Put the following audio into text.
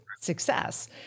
success